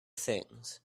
things